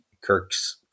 Kirk's